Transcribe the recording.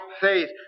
faith